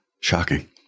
Shocking